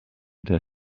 der